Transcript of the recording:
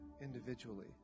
individually